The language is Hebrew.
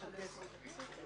מצד שני,